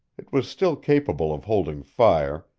it was still capable of holding fire,